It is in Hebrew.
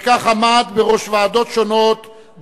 וכך עמד בראש ועדות שונות,